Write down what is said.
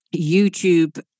YouTube